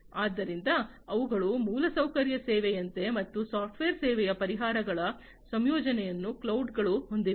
ಆದ್ದರಿಂದ ಅವುಗಳು ಮೂಲಸೌಕರ್ಯ ಸೇವೆಯಂತೆ ಮತ್ತು ಸಾಫ್ಟ್ವೇರ್ ಸೇವೆಯ ಪರಿಹಾರಗಳ ಸಂಯೋಜನೆಯನ್ನು ಕ್ಲೌಡ್ಗಳುಹೊಂದಿವೆ